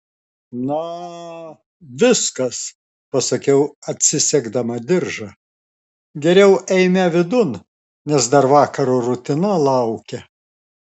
na viskas pasakiau atsisegdama diržą geriau eime vidun nes dar vakaro rutina laukia